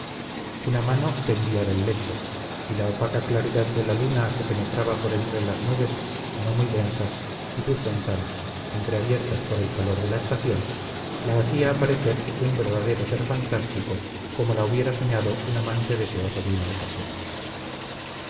una mano pendía del lecho y la opaca claridad de la luna que penetraba por entre las nubes no muy densas y sus ventanas entreabiertas por el calor de la estación la hacía aparecer un verdadero ser fantástico como la hubiera soñado un amante deseoso de una ocasión